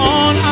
on